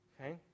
Okay